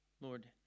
Lord